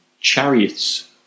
chariots